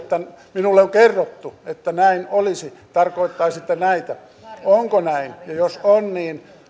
minulle on kerrottu että näin olisi että tarkoittaisitte näitä onko näin jos on niin